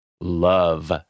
love